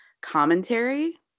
commentary